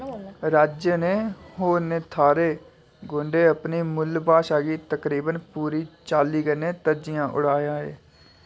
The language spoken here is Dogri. राज्य ने होरनें थाह्रें गोंडें अपनी मूल भाशा गी तकरीबन पूरी चाल्ली कन्नै तज्जी ओड़ेआ ऐ